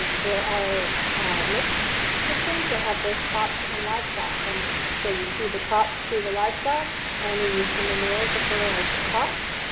there are mixed systems that have both crops and livestock. and so you feed the crops to the livestock and you use the manure to fertilize the crops.